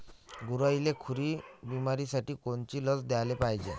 गुरांइले खुरी बिमारीसाठी कोनची लस द्याले पायजे?